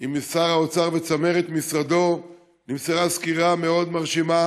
עם שר האוצר וצמרת משרדו נמסרה סקירה מאוד מרשימה